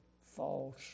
false